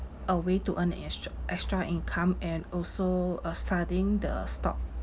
a way to earn an extr~ extra income and also uh studying the stock